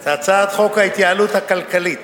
את הצעת חוק ההתייעלות הכלכלית